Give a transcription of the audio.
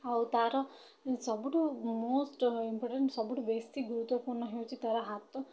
ଆଉ ତା'ର ସବୁଠୁ ମୋଷ୍ଟ ଇମ୍ପୋଟାଣ୍ଟ ସବୁଠୁ ବେଶୀ ଗୁରୁତ୍ଵପୂର୍ଣ୍ଣ ହେଉଛି ତା'ର ହାତ